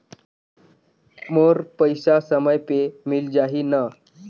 मोर पइसा समय पे मिल जाही न?